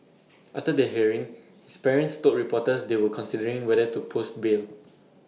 after the hearing his parents told reporters they were considering whether to post bail